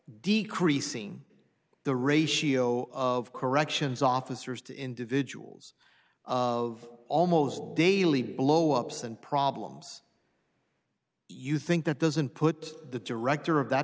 decreasing the ratio of corrections officers to individuals of almost daily blowups and problems you think that those and put the director of that